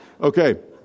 Okay